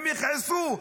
הם יכעסו.